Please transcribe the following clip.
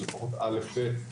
של לפחות א' ב',